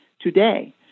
today